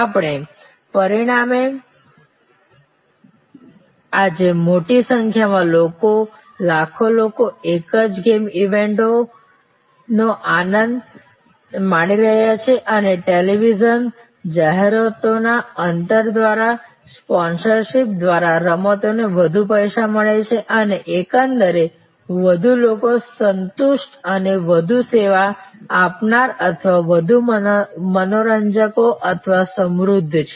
અને પરિણામે આજે મોટી સંખ્યામાં લોકો લાખો લોકો એક જ ગેમ ઈવેન્ટનો આનંદ માણી રહ્યા છે અને ટેલિવિઝન જાહેરાતોના અંતર દ્વારા સ્પોન્સરશિપ દ્વારા રમતોને વધુ પૈસા મળે છે અને એકંદરે વધુ લોકો સંતુષ્ટ અને વધુ સેવા આપનાર અથવા વધુ મનોરંજનકારો અથવા સમૃદ્ધ છે